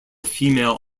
female